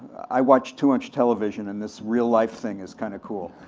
i watch too much television, and this real life thing is kind of cool.